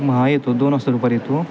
मग हा येतो दोन वाजता दुपारी येतो